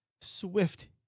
swift